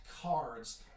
cards